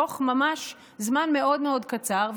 תוך ממש זמן מאוד מאוד קצר,